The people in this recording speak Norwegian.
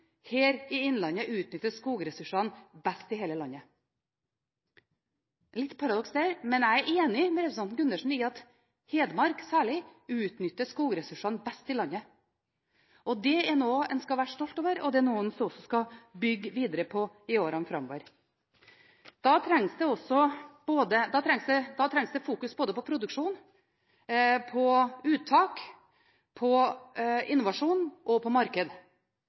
Innlandet utnyttes skogressursene best i hele landet. Det er et lite paradoks der, men jeg enig med representanten Gundersen i at særlig Hedmark utnytter skogressursene best i landet. Det er noe en skal være stolt over, og det er også noe en skal bygge videre på i årene framover. Da trengs det fokus på produksjon, på uttak, på innovasjon og på marked. Derfor er det litt sørgelig at denne regjeringen starter opp med å redusere satsinga på